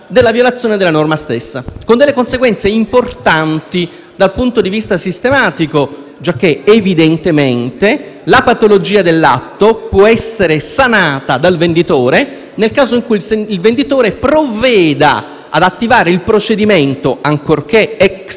della violazione della norma stessa, con delle conseguenze importanti dal punto di vista sistematico, giacché evidentemente la patologia dell'atto può essere sanata dal venditore nel caso in cui questi provveda ad attivare il procedimento, ancorché *ex